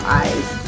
eyes